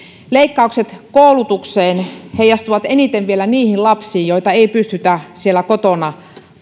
leikkaukset koulutukseen heijastuvat vielä eniten niihin lapsiin joita ei pystytä kotona